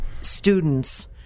students –